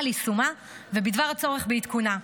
על יישומה ובדבר הצורך בעדכונה,